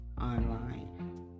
online